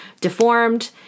deformed